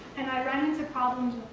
and i ran into problems